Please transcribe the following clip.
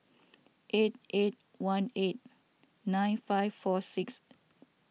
eight eight one eight nine five four six